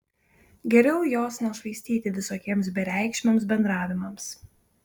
geriau jos nešvaistyti visokiems bereikšmiams bendravimams